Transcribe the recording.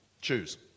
Choose